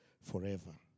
forever